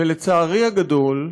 ולצערי הגדול,